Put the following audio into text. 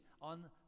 on